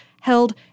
held